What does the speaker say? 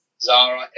Zara